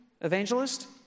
evangelist